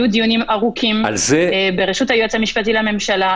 ואני אחזור היו דיונים ארוכים בראשות היועץ המשפטי לממשלה,